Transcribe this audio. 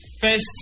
first